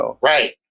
Right